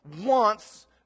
wants